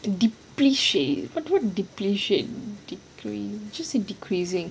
depletion what depreciate just say decreasing